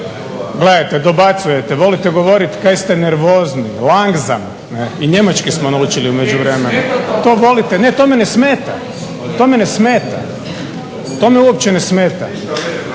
gledajte dobacujete, volite govoriti kaj ste nervozni, langsam, i njemački smo naučili u međuvremenu, to volite … /Upadica se ne razumije./… Ne, to me ne smeta.